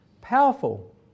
Powerful